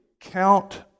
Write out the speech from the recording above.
count